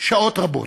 שעות רבות,